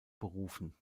berufen